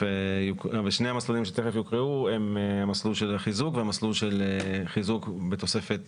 שני המסלולים שתיכף יוקראו הם המסלול של חיזוק והמסלול של חיזוק בתוספת